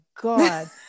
God